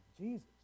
Jesus